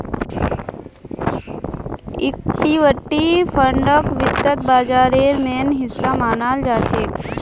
equity फंडक वित्त बाजारेर मेन हिस्सा मनाल जाछेक